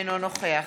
אינו נוכח